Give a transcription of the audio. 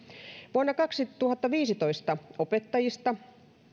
vuonna kaksituhattaviisitoista opettajista